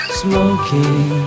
smoking